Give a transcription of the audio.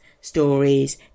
stories